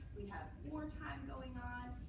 we had war time going on.